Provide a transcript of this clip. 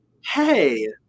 Hey